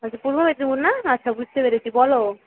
আচ্ছা পূর্ব মেদিনীপুর না আচ্ছা বুঝতে পেরেছি বলো